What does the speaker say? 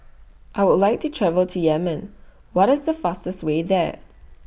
I Would like to travel to Yemen What IS The fastest Way There